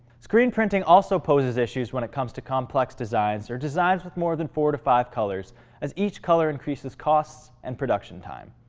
screen printing also poses issues when it comes to complex designs or designs with more than four to five colors as each color increases costs and production time.